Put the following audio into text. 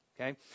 okay